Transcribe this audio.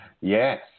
Yes